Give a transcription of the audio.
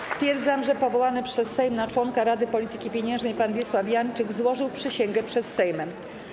Stwierdzam, że powołany przez Sejm na członka Rady Polityki Pieniężnej pan Wiesław Janczyk złożył przysięgę przed Sejmem.